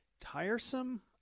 tiresome